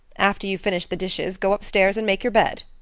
after you've finished the dishes go up-stairs and make your bed.